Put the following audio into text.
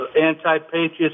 anti-patriots